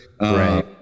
Right